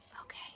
Okay